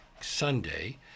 Sunday